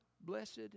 blessed